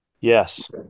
Yes